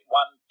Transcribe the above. one